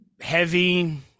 heavy